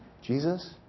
Jesus